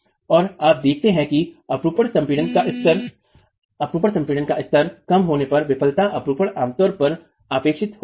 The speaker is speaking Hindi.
और आप देखते हैं कि पूर्व संपीडन का स्तर कम होने पर फिसलन अपरूपण आमतौर पर अपेक्षित होता है